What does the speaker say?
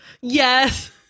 Yes